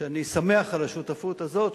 ואני שמח על השותפות הזאת,